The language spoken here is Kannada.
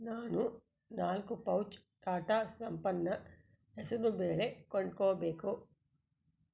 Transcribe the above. ನಾನು ನಾಲ್ಕು ಪೌಚ್ ಟಾಟಾ ಸಂಪನ್ನ ಹೆಸರುಬೇಳೆ ಕೊಂಡ್ಕೊಬೇಕು